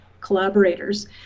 collaborators